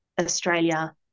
Australia